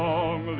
Long